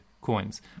coins